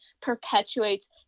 perpetuates